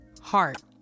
heart